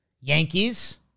Yankees